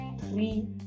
three